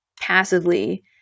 passively